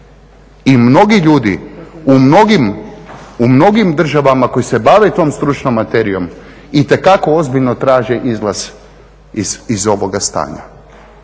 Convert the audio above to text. i mnogi ljudi u mnogim državama koji se bave tom stručnom materijom itekako ozbiljno traže izlaz iz ovoga stanja